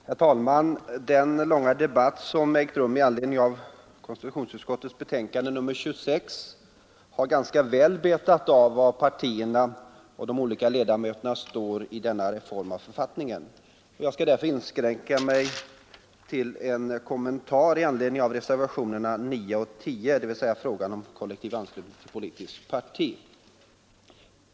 Herr talman! Den långa debatt som ägt rum i anledning av konstitutionsutskottets betänkande nr 26 har ganska väl betat av vad partierna och de olika ledamöterna står för vid denna reform av författningen. Jag skall därför inskränka mig till en kommentar i anledning av reservationerna 9 och 10, dvs. frågan om kollektiv anslutning till politiskt parti.